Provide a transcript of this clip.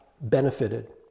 benefited